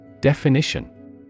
Definition